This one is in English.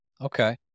okay